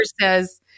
says